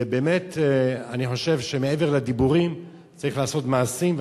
ובאמת אני חושב שמעבר לדיבורים צריך לעשות מעשים.